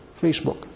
Facebook